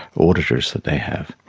auditors that they have.